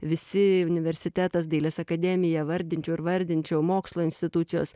visi universitetas dailės akademija vardinčiau ir vardinčiau mokslo institucijos